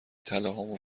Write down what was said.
طلاهامو